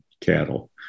cattle